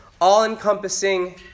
all-encompassing